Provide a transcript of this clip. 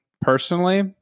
personally